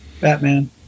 Batman